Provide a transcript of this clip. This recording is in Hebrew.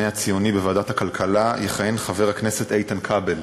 הציוני בוועדת הכלכלה יכהן חבר הכנסת איתן כבל.